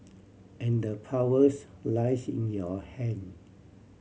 and the powers lies in your hand